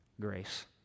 grace